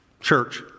church